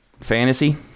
fantasy